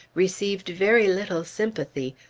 received very little sympathy,